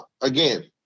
Again